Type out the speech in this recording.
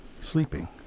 sleeping